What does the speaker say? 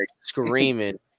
screaming